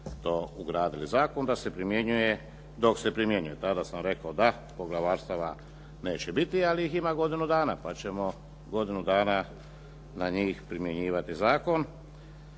to ugradili u zakon da se primjenjuje dok se primjenjuje. Tada sam rekao da, poglavarstava neće biti, ali ih ima godinu dana pa ćemo godinu dana na njih primjenjivati zakon.